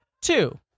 Two